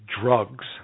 drugs